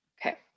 Okay